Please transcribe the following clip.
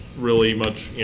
really much, you